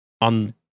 on